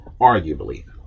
arguably